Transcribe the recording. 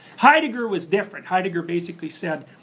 heidegger was different. heidegger basically said,